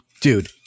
Dude